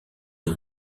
les